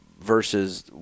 versus